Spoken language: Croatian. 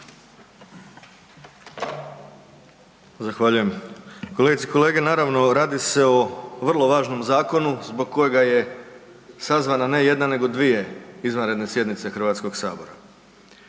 Zahvaljujem. Kolegice i kolege, naravno radi se o vrlo važnom zakonu zbog kojega je sazvana ne jedna nego dvije izvanredne sjednice Hrvatskog sabora.